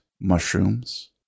mushrooms